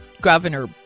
Governor